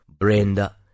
Brenda